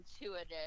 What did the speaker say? intuitive